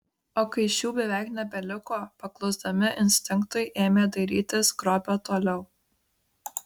o kai šių beveik nebeliko paklusdami instinktui ėmė dairytis grobio toliau